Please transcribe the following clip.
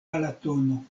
balatono